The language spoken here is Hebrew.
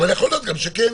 אבל יכול להיות גם שכן.